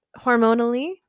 hormonally